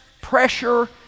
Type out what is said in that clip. pressure